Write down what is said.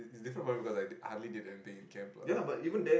it's different for me because I hardly did anything in camp lah